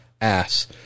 ass